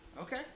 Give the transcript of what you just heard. Okay